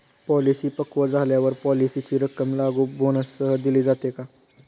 Policy पक्व झाल्यावर पॉलिसीची रक्कम लागू बोनससह दिली जाते का?